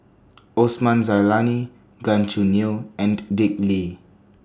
Osman Zailani Gan Choo Neo and Dick Lee